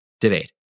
debate